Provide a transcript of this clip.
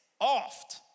oft